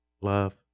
love